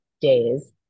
days